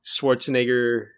Schwarzenegger